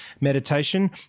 meditation